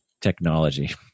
technology